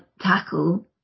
tackle